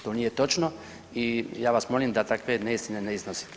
To nije točno i ja vas molim da takve neistine ne iznosite.